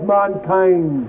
mankind